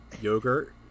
Yogurt